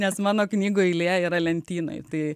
nes mano knygų eilė yra lentynoje tai